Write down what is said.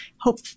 hope